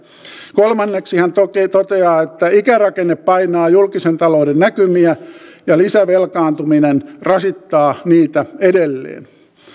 kolmanneksi hän toteaa että ikärakenne painaa julkisen talouden näkymiä ja lisävelkaantuminen rasittaa niitä edelleen